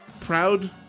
proud